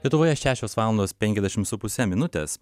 lietuvoje šešios valandos penkiasdešim su puse minutės